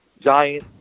giant